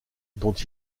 dont